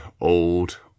old